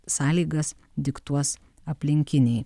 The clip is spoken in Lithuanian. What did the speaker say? sąlygas diktuos aplinkiniai